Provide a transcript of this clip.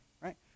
right